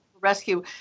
rescue